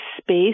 space